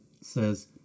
says